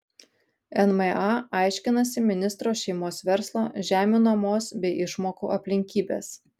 nma aiškinasi ministro šeimos verslo žemių nuomos bei išmokų aplinkybes